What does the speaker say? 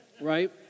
Right